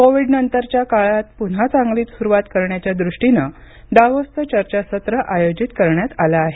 कोविडनंतरच्या काळात पुन्हा चांगली सुरुवात करण्याच्या दृष्टीनं दावोसचं चर्चासत्र आयोजित करण्यात आलं आहे